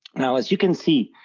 now as you can see,